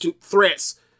threats